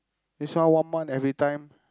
this one month every time